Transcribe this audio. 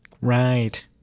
Right